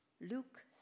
Luke